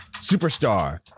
superstar